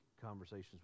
conversations